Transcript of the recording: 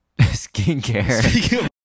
skincare